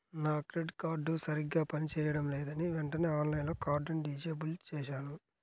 నా credit card సరిగ్గా పని చేయడం లేదని వెంటనే ఆన్లైన్లో కార్డుని డిజేబుల్ చేశాను